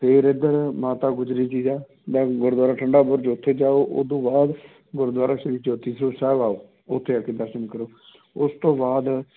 ਫਿਰ ਇੱਧਰ ਮਾਤਾ ਗੁਜਰੀ ਜੀ ਦਾ ਦਾ ਗੁਰਦੁਆਰਾ ਠੰਡਾ ਬੁਰਜ ਉੱਥੇ ਜਾਓ ਉਹ ਤੋਂ ਬਾਅਦ ਗੁਰਦੁਆਰਾ ਸ੍ਰੀ ਜੋਤੀ ਸਰੂਪ ਸਾਹਿਬ ਆਓ ਉੱਥੇ ਆ ਕੇ ਦਰਸ਼ਨ ਕਰੋ ਉਸ ਤੋਂ ਬਾਅਦ